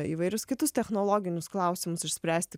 įvairius kitus technologinius klausimus išspręsti